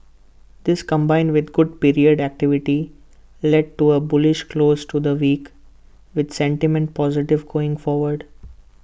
this combined with good period activity led to A bullish close to the week with sentiment positive going forward